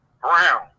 Brown